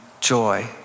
joy